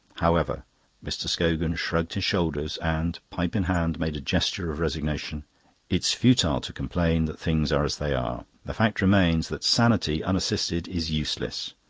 however mr. scogan shrugged his shoulders and, pipe in hand, made a gesture of resignation it's futile to complain that things are as they are. the fact remains that sanity unassisted is useless.